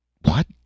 What